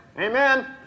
amen